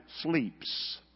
sleeps